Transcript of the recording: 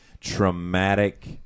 traumatic